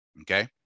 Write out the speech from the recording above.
Okay